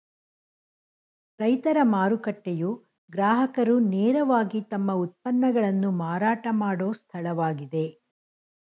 ರೈತರ ಮಾರುಕಟ್ಟೆಯು ಗ್ರಾಹಕರು ನೇರವಾಗಿ ತಮ್ಮ ಉತ್ಪನ್ನಗಳನ್ನು ಮಾರಾಟ ಮಾಡೋ ಸ್ಥಳವಾಗಿದೆ